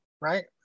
right